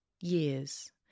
years